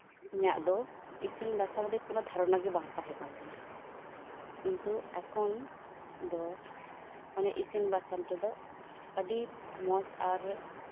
ᱤᱧᱟᱜ ᱫᱚ ᱤᱥᱤᱱ ᱵᱟᱥᱟᱝᱨᱮ ᱠᱚᱱᱚ ᱫᱷᱟᱨᱚᱱᱟᱜᱮ ᱵᱟᱝ ᱛᱟᱦᱮᱸ ᱠᱟᱱᱛᱤᱧᱹ ᱠᱤᱱᱛᱩ ᱮᱠᱷᱚᱱ ᱫᱚ ᱢᱟᱱᱮ ᱤᱥᱤᱱ ᱵᱟᱥᱟᱝ ᱨᱮᱫᱚ ᱟᱹᱰᱤ ᱢᱚᱡᱽ ᱟᱨ